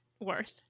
worth